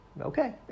okay